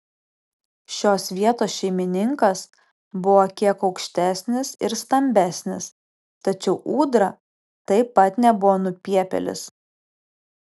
šios vietos šeimininkas buvo kiek aukštesnis ir stambesnis tačiau ūdra taip pat nebuvo nupiepėlis